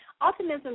Optimism